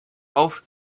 auf